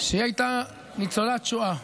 היא הייתה ניצולת שואה.